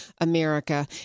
America